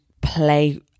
play